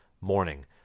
morning